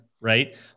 right